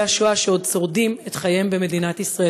השואה שעוד שורדים את חייהם במדינת ישראל.